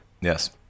Yes